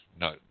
No